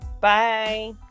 Bye